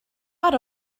out